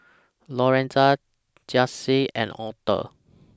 Lorenza Janyce and Author